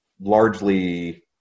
largely